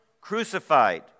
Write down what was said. crucified